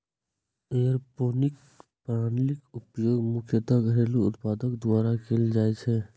aeroponic प्रणालीक उपयोग मुख्यतः घरेलू उत्पादक द्वारा कैल जाइ छै